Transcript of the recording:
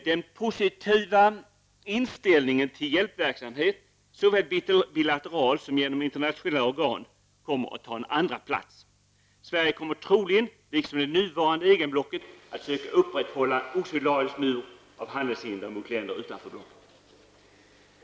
Den positiva inställningen till hjälpverksamhet, såväl bilateral som genom internationella organ, kommer att ta en andra plats. Sverige kommer troligen liksom det nuvarande EG-blocket att söka upprätthålla en osolidarisk mur av handelshinder mot länder utanför blocket.